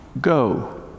go